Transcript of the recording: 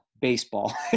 baseball